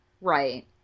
Right